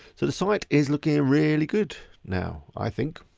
so the site is looking really good now. i think,